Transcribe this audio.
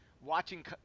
watching